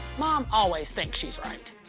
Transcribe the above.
mom always thinks she's right.